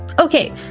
Okay